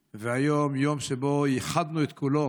והיום, יום שייחדנו את כולו